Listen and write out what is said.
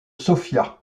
sofia